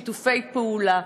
שיתופי הפעולה.